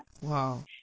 Wow